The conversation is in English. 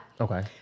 Okay